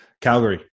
Calgary